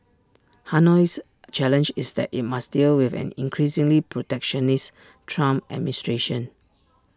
Hanoi's challenge is that IT must deal with an increasingly protectionist Trump administration